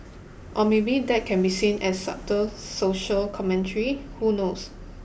or maybe that can be seen as subtle social commentary who knows